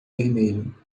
vermelho